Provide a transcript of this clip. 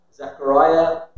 Zechariah